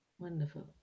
Wonderful